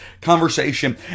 conversation